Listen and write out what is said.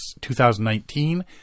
2019